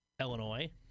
Illinois